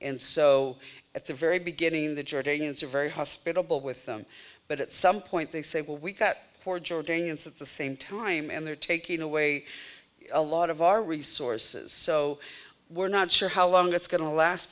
and so at the very beginning the jordanians are very hospitable with them but at some point they say well we've got jordanians at the same time and they're taking away a lot of our resources so we're not sure how long it's going to last